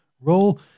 role